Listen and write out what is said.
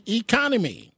economy